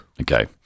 Okay